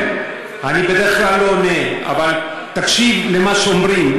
אני בדרך כלל לא עונה אבל תקשיב למה שאומרים,